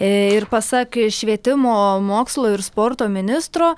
ir pasak švietimo mokslo ir sporto ministro